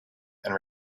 and